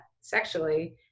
sexually